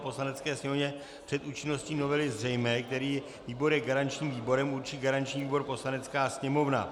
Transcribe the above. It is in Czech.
Poslanecké sněmovně před účinností novely zřejmé, který výbor je garančním výborem, určí garanční výbor Poslanecká sněmovna.